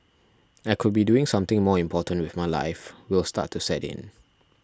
I could be doing something more important with my life will start to set in